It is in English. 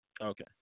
Okay